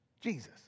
Jesus